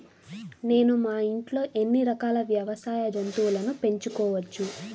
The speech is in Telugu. నేను మా ఇంట్లో ఎన్ని రకాల వ్యవసాయ జంతువులను పెంచుకోవచ్చు?